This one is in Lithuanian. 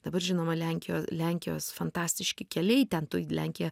dabar žinoma lenkijo lenkijos fantastiški keliai ten tu lenkiją